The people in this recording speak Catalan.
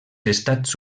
estats